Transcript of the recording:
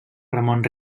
ramon